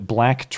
Black